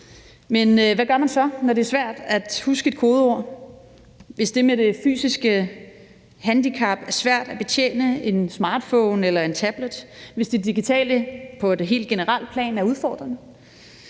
Men hvad gør man så, når det er svært at huske et kodeord, hvis det med det fysiske handicap er svært at betjene en smartphone eller en tablet, og hvis det digitale på det helt generelle plan er udfordrende?